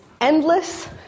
endless